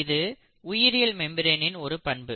இது இந்த உயிரியல் மெம்பரேனின் ஒரு பண்பு